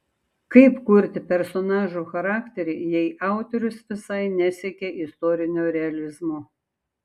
kaip kurti personažo charakterį jei autorius visai nesiekė istorinio realizmo